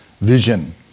vision